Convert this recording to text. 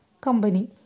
company